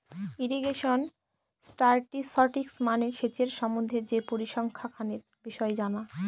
irrigation statistics মানে সেচের সম্বন্ধে যে পরিসংখ্যানের বিষয় জানা